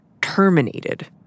terminated